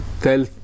tell